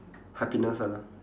happiness ah